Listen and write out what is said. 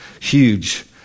huge